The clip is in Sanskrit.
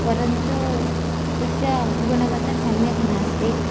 परन्तु तस्य गुणवतः सम्यक् नास्ति